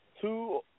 two